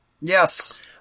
Yes